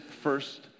first